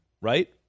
right